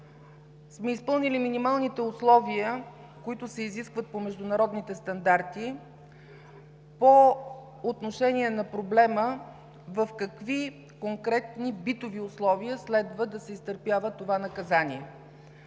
сме изпълнили минималните условия, които се изискват по международните стандарти по отношение на проблема в какви конкретни битови условия следва да се изтърпява това наказание.